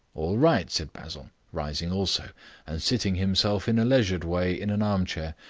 all right, said basil, rising also and seating himself in a leisured way in an armchair.